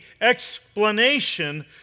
explanation